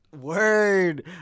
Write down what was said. Word